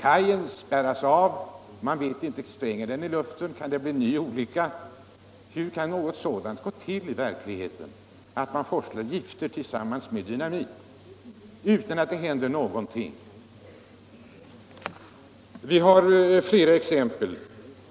Kajen spärras av. Sprängs båten i luften kan det ske en ny olycka. Hur kan något sådant få förekomma? Hur kan man få forsla gifter tillsammans med dynamit utan att någon reagerar? 17 Det finns fler exempel.